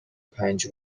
پنج